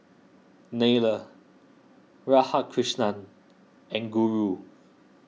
Neila Radhakrishnan and Guru